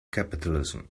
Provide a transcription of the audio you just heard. capitalism